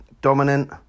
dominant